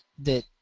that,